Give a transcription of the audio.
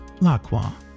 l'acqua